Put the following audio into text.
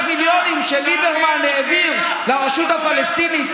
ואת מאות המיליונים שליברמן העביר לרשות הפלסטינית,